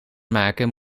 maken